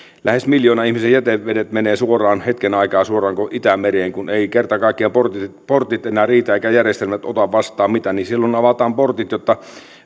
lähes miljoonan ihmisen jätevedet menevät hetken aikaa suoraan itämereen kun eivät kerta kaikkiaan portit portit enää riitä eivätkä järjestelmät ota vastaan mitään niin silloin avataan portit jotta